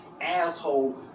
asshole